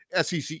SEC